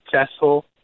successful